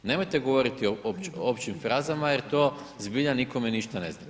Nemojte govoriti o općim frazama, jer to zbilja nikome ništa ne znači.